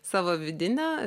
savo vidinę